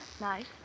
nice